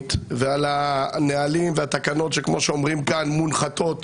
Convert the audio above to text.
העקרונית ועל הנהלים והתקנות שכמו שאומרים כאן מונחתות